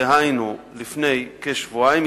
דהיינו לפני כשבועיים,